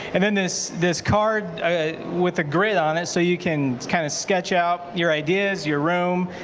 and and this this card with the grid on it. so you can kind of sketch out your ideas, your room,